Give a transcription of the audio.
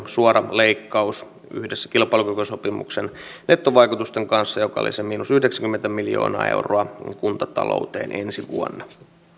suora leikkaus yhdessä kilpailukykysopimuksen nettovaikutusten kanssa joka oli se miinus yhdeksänkymmentä miljoonaa euroa kuntataloutta ensi vuonna